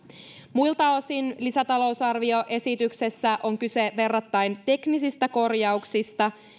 muilta osin lisätalousarvioesityksessä on kyse verrattain teknisistä korjauksista